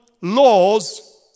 laws